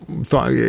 thought